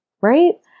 right